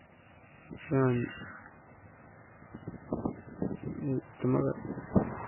Eran tamakat